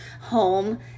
home